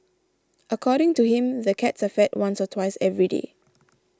according to him the cats are fed once or twice every day